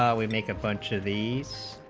um we make a bunch of these